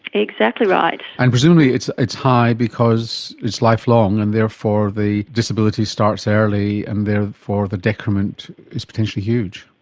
exactly right. and presumably it's it's high because it's lifelong and therefore the disability starts early and therefore the detriment is potentially huge.